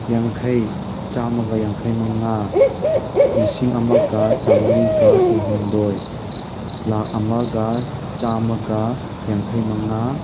ꯌꯥꯡꯈꯩ ꯆꯥꯝꯃꯒ ꯌꯥꯡꯈꯩꯃꯉꯥ ꯂꯤꯁꯤꯡ ꯑꯃꯒ ꯆꯥꯝꯃ꯭ꯔꯤꯒ ꯀꯨꯟꯍꯨꯝꯗꯣꯏ ꯂꯥꯈ ꯑꯃꯒ ꯆꯥꯝꯃꯒ ꯌꯥꯡꯈꯩꯃꯉꯥ